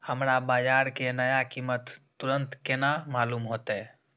हमरा बाजार के नया कीमत तुरंत केना मालूम होते?